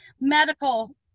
medical